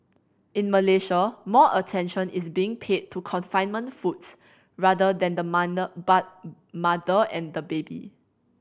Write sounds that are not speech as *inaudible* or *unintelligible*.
in Malaysia more attention is being paid to confinement foods rather than the *unintelligible* mother and the baby